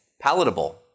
palatable